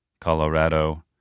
Colorado